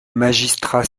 magistrats